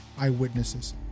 eyewitnesses